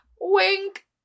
wink